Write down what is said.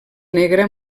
negra